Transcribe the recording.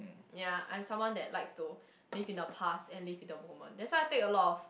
ya and someone that likes to live in the past and lift the moment that's why they take a lot of